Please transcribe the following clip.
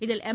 இதில் எம்